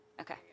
Okay